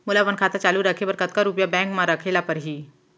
मोला अपन खाता चालू रखे बर कतका रुपिया बैंक म रखे ला परही?